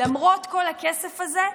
למרות כל הכסף הזה,